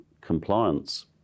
compliance